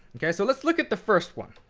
ok so let's look at the first one.